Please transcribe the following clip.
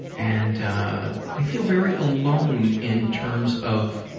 and they feel very alone in terms of